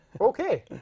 Okay